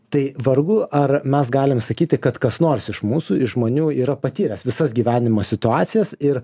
tai vargu ar mes galim sakyti kad kas nors iš mūsų iš žmonių yra patyręs visas gyvenimo situacijas ir